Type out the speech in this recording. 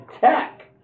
tech